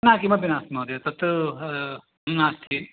न किमपि नास्ति महोदय तत्तु नास्ति